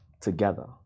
together